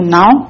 now